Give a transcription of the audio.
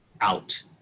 out